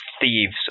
thieves